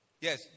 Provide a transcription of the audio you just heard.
Yes